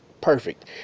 Perfect